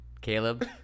Caleb